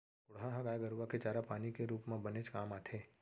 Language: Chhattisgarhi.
कोंढ़ा ह गाय गरूआ के चारा पानी के रूप म बनेच काम आथे